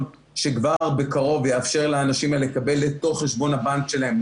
שכבר בקרוב יאפשר לאנשים האלה לקבל לתוך חשבון הבנק שלהם.